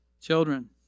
Children